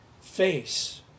face